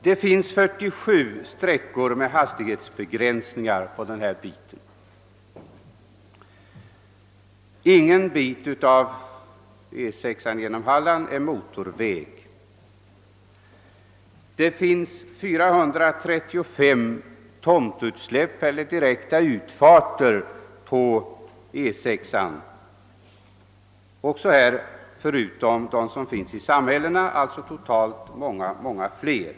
Det finns 47 sträckor som är hastighetsbegränsade. Ingen del av Europaväg 6 genom Halland är motorväg. Vidare finns det 435 tomtutsläpp eller direkta utfarter plus de utfarter som finns inom samhällena och som totalt är många fler.